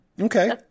Okay